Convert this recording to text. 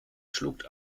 schluckt